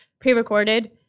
pre-recorded